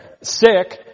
sick